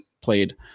Played